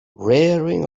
rearing